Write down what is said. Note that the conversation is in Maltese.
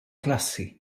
klassi